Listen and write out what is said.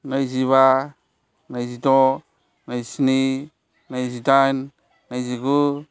नैजिबा नैजिद' नैस्नि नैजिडाइन नैजिगु